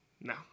No